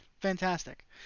Fantastic